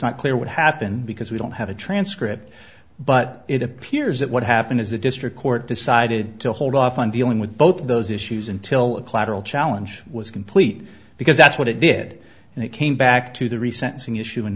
not clear what happened because we don't have a transcript but it appears that what happened is the district court decided to hold off on dealing with both of those issues until a clatter all challenge was complete because that's what it did and it came back to the recent singh issue in